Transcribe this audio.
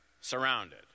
surrounded